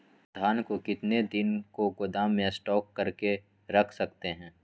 धान को कितने दिन को गोदाम में स्टॉक करके रख सकते हैँ?